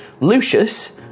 Lucius